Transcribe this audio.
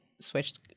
switched